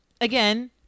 again